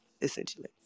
essentially